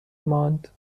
ماند